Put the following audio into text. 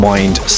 Mind